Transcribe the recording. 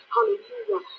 Hallelujah